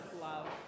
love